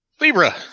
Libra